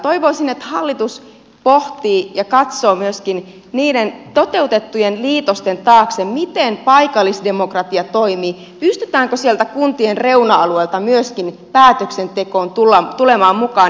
toivoisin että hallitus pohtii ja katsoo myöskin niiden toteutettujen liitosten taakse miten paikallisdemokratia toimii pystytäänkö sieltä kuntien reuna alueilta myöskin päätöksentekoon tulemaan mukaan